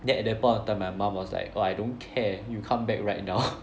then at that point of time my mum was like !wah! I don't care you come back right now